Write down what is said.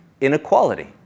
inequality